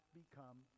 become